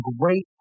great